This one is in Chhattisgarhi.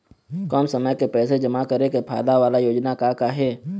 कम समय के पैसे जमा करे के फायदा वाला योजना का का हे?